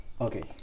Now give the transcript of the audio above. Okay